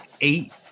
eight